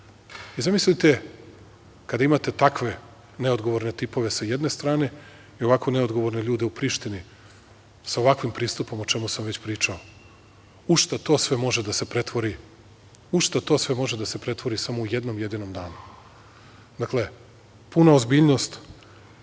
lakše. Zamislite, kada imate takve neodgovorne tipove sa jedne strane i ovako ne odgovorne ljude u Prištini sa ovakvim pristupom, a o čemu sam već pričao. U šta to sve može da se pretvori u samo jednom jedinom danu? Dakle, puna ozbiljnost,